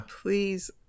please